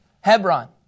Hebron